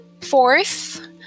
Fourth